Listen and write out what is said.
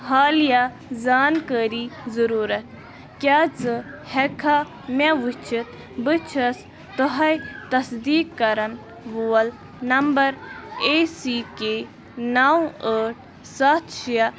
حالیہِ زانکٲری ضروٗرَت کیٛاہ ژٕ ہٮ۪کٕکھا مےٚ وُچھِتھ بہٕ چھَس تۄہہِ تصدیٖق کَران وول نمبَر اےٚ سی کے نَو ٲٹھ سَتھ شےٚ